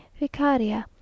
vicaria